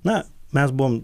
na mes buvom